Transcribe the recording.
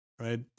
Right